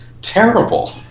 terrible